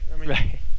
Right